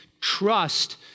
trust